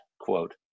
quote